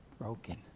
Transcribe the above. broken